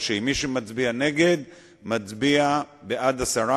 היות שאני, אני שואל: האם אתם מסכימים להצעת השר?